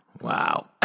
Wow